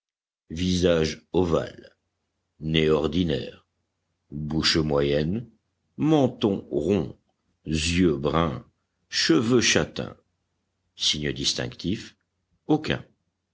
visage ovale nez ordinaire bouche moyenne menton rond yeux bruns cheveux châtains signes distinctifs aucun